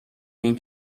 این